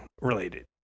related